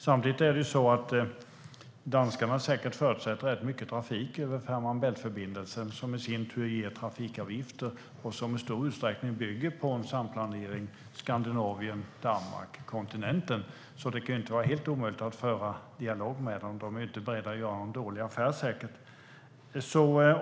Samtidigt har danskarna säkert förutspått rätt mycket trafik över Fehmarn Bält-förbindelsen, vilket i sin tur ger trafikavgifter och i stor utsträckning bygger på en samplanering, Skandinavien-Danmark-kontinenten. Det kan inte vara helt omöjligt att föra dialog med dem. De är säkert inte beredda att göra en dålig affär.